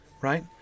right